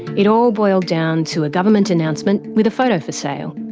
it all boiled down to a government announcement with a photo for sale,